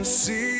see